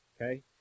Okay